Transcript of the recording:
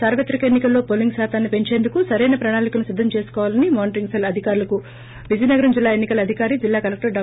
సార్వత్రిక ఎన్ని కల్లో పోలింగ్ శాతాన్సి పెంచేందుకు సరైన ప్రణాళికను సిద్దం చేసుకోవాలని మోనటరింగ్ సెల్ అధికారులకు జిల్లా ఎన్సి కల అధికారి విజయనగరం జిల్లా కలెక్టర్ డా